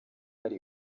hari